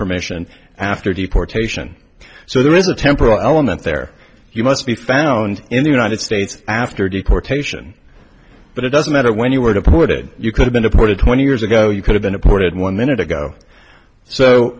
permission after deportation so there is a temporal element there you must be found in the united states after deportation but it doesn't matter when you were deported you could have been deported twenty years ago you could have been imported one minute ago so